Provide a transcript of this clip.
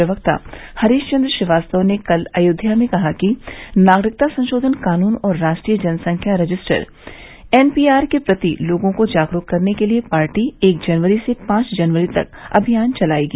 भारतीय जनता पार्टी के प्रदेश प्रवक्ता हरीश चन्द्र श्रीवास्तव ने कल अयोध्या में कहा कि नागरिकता संशोधन कानून और राष्ट्रीय जनसंख्या रजिस्टर एनपीआर के प्रति लोगों को जागरूक करने के लिए पार्टी एक जनवरी से पांच जनवरी तक अभियान चलायेगी